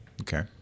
Okay